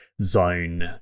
zone